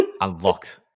unlocked